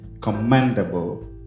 commendable